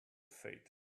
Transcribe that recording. fate